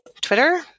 Twitter